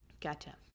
Gotcha